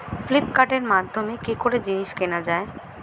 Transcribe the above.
ফ্লিপকার্টের মাধ্যমে কি করে জিনিস কেনা যায়?